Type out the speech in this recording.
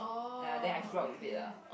ya then I grew up with it ah